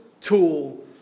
tool